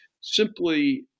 simply